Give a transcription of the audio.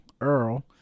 Earl